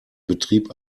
betrieb